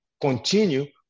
Continue